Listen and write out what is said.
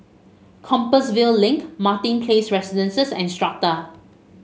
Compassvale Link Martin Place Residences and Strata